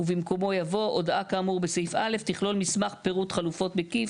ובמקומו יבוא "הודעה כאמור בסעיף (א) תכלול מסמך פירוט חלופות מקיף,